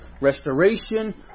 restoration